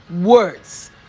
words